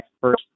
first